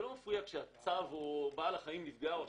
זה לא מפריע כשהצב או בעל החיים נפגע.